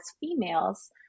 females